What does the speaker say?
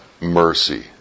mercy